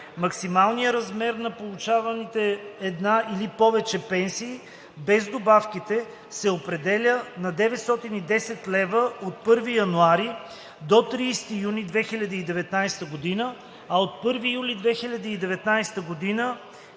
максималният размер на получаваните една или повече пенсии без добавките се определя на 910 лв. от 1 януари до 30 юни 2019 г., а от 1 юли 2019 г.,